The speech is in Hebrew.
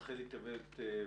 רחלי טבת ויזל,